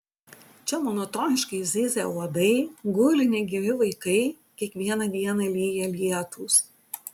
čia monotoniškai zyzia uodai guli negyvi vaikai kiekvieną dieną lyja lietūs